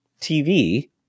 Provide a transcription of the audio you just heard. TV